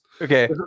okay